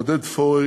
עודד פורר,